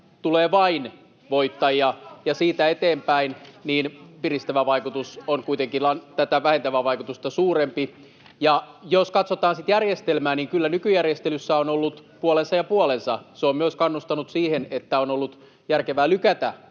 Kiurun välihuuto] ja siitä eteenpäin piristävä vaikutus on kuitenkin tätä vähentävää vaikutusta suurempi. Jos katsotaan sitten järjestelmää, niin kyllä nykyjärjestelyssä on ollut puolensa ja puolensa. Se on myös kannustanut siihen, että on ollut järkevää lykätä